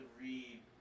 read